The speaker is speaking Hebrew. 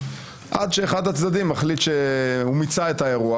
עד שאחד הצדדים מחליט שהוא מיצה את האירוע,